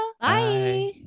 Bye